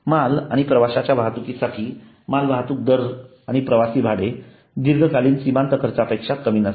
माल आणि प्रवाशांच्या वाहतुकीसाठी मालवाहतूक दर आणि प्रवासी भाडे दीर्घकालीन सीमांत खर्चापेक्षा कमी नसावेत